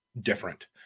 different